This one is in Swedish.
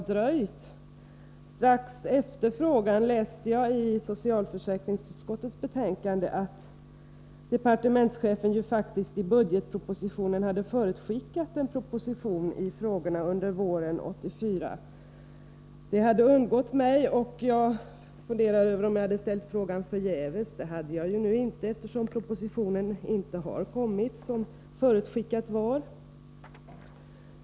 Strax efter det att jag hade ställt frågan läste jag i socialförsäkringsutskottets betänkande att departementschefen faktiskt i budgetpropositionen hade förutskickat en proposition om dessa frågor under våren 1984. Det hade undgått mig, och jag funderade över om jag hade ställt frågan förgäves. Det hade jag nu inte, eftersom propositionen inte har kommit, som var förutskickat.